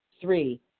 Three